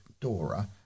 Dora